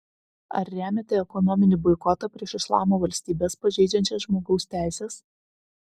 ar remiate ekonominį boikotą prieš islamo valstybes pažeidžiančias žmogaus teises